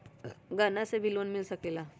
गहना से भी लोने मिल सकेला?